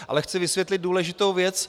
Ale chci vysvětlit důležitou věc.